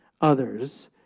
others